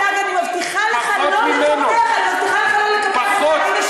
אל תדאג, אני מבטיחה לך לא לקפח, פחות ממנו.